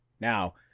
now